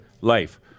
life